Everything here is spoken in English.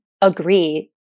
agree